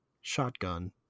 shotgun